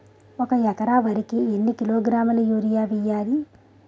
ఒక ఎకర వరి కు ఎన్ని కిలోగ్రాముల యూరియా వెయ్యాలి?